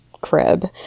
crib